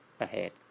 ahead